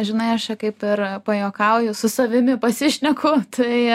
žinai aš čia kaip ir pajuokauju su savimi pasišneku tai